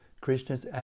Krishna's